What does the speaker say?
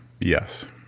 Yes